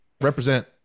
represent